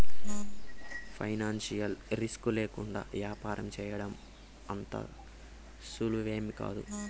financial risk లేకుండా యాపారం సేయడం అంత సులువేమీకాదు